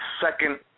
second